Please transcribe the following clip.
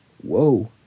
whoa